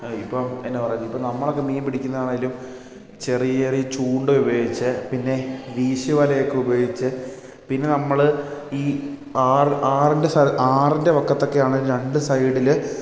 ഇപ്പം എന്ന പറയുന്നത് ഇപ്പം നമ്മൾ ഒക്കെ മീൻ പിടിക്കുന്ന ആണേലും ചെറിയ ചെറിയ ചൂണ്ട ഉപയോഗിച്ച് പിന്നെ വീശുവലയൊക്കെ ഉപയോഗിച്ച് പിന്നെ നമ്മൾ ഈ ആറ് ആറിൻ്റെ സ ആറിൻ്റെ വക്കത്ത് ഒക്കെയാണ് രണ്ട് സൈഡിൽ